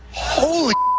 holy